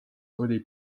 oli